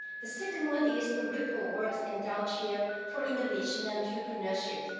the second one is the ripple works endowed chair for innovation in entrepreneurship.